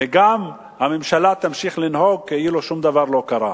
וגם הממשלה תמשיך לנהוג כאילו שום דבר לא קרה.